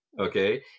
Okay